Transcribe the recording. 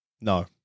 No